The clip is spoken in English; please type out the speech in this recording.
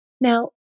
Now